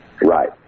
Right